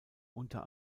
unter